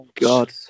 God